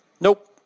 Nope